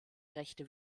rechte